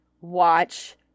watch